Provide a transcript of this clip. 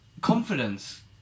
confidence